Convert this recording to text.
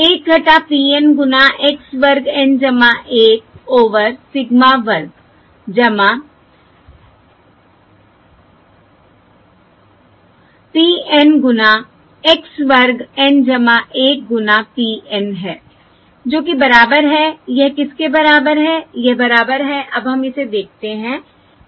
1 p N गुना x वर्ग N 1 over sigma वर्ग p N गुना x वर्ग N 1 गुना p N है जो कि बराबर है यह किसके बराबर है यह बराबर हैअब हम इसे देखते हैं